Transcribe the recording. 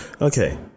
Okay